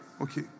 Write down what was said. Okay